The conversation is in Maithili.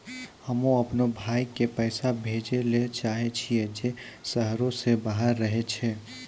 हम्मे अपनो भाय के पैसा भेजै ले चाहै छियै जे शहरो से बाहर रहै छै